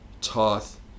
Toth